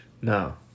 No